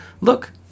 look